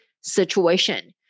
situation